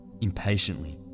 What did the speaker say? impatiently